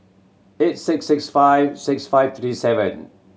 eight six six five six five three seven